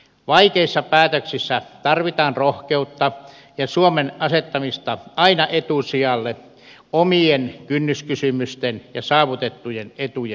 vaikeissa päätöksissä tarvitaan rohkeutta ja suomen asettamista aina etusijalle omien kynnyskysymysten ja saavutettujen etujen sijaan